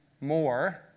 more